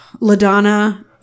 LaDonna